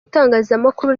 itangazamakuru